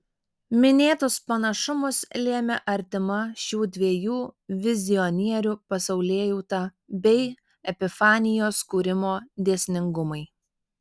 minėtus panašumus lėmė artima šių dviejų vizionierių pasaulėjauta bei epifanijos kūrimo dėsningumai